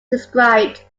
described